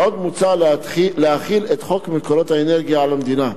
עוד מוצע להחיל את חוק מקורות אנרגיה על המדינה.